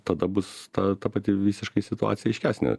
tada bus ta ta pati visiškai situacija aiškesnė